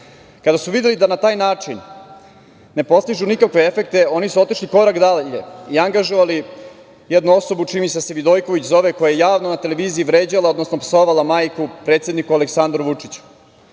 SNS-Kada su videli da na taj način ne postižu nikakve efekte oni su otišli korak dalje i angažovali jednu osobu, čini mi se da se Vidojković zove koja javno na televiziji je vređala, odnosno psovala majku predsedniku Aleksandru Vučiću.